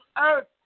earth